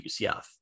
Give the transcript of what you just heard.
UCF